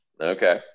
Okay